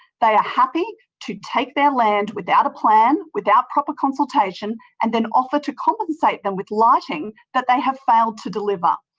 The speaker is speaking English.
they are happy to take their land without a plan, without proper consultation and then offer to compensate them with lighting that they have failed to deliver.